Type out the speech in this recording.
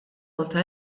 malta